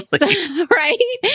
right